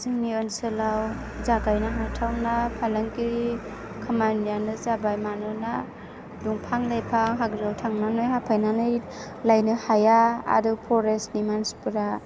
जोंनि ओनसोलाव जागायनो हाथावना फालांगिरि खामानिआनो जाबाय मानोना दंफां लाइफां हाग्रायाव थांनानै हाफायनानै लायनो हाया आरो फरेसतनि मानसिफोरा